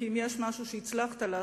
כי אם יש משהו שהצלחת לעשות,